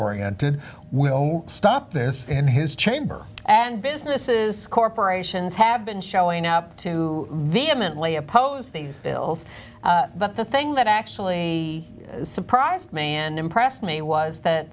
oriented will stop this in his chamber and businesses corporations have been showing up to them and lay opposed these bills but the thing that actually surprised and impressed me was that